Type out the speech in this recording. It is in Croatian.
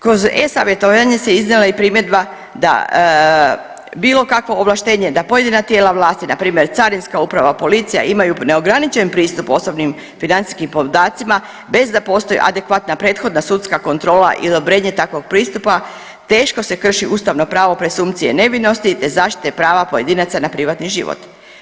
Kroz e-savjetovanje se iznijela i primjedba da bilo kakvo ovlaštenje da pojedina tijela vlasti npr. carinska uprava i policija imaju neograničen pristup osobnim financijskim podacima bez da postoji adekvatna prethodna sudska kontrola za odobrenje takvog pristupa teško se krši ustavno pravo presumpcije nevinosti, te zaštite prava pojedinaca na privatni život.